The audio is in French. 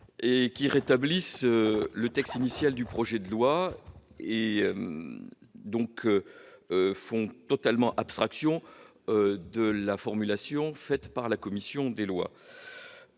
à rétablir le texte initial du projet de loi font totalement abstraction de la formulation élaborée par la commission des lois.